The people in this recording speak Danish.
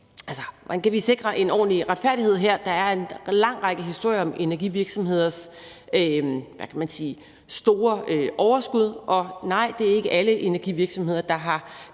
kan sikre en ordentlig retfærdighed her. Der er en lang række historier om energivirksomheders store overskud, og nej, det er ikke alle energivirksomheder, der har